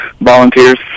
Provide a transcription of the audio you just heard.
volunteers